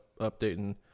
updating